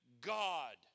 God